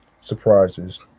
surprises